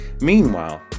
Meanwhile